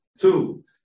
Two